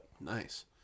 Nice